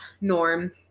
Norm